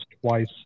twice